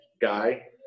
guy